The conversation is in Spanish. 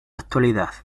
actualidad